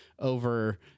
over